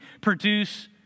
produce